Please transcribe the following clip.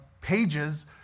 pages